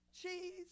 cheese